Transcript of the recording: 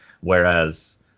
whereas